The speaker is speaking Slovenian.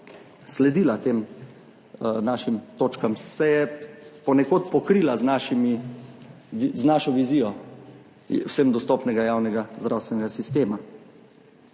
sledila tem našim točkam, se je ponekod pokrila z našo vizijo vsem dostopnega javnega zdravstvenega sistema.